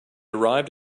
arrived